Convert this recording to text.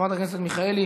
חברת הכנסת מיכאלי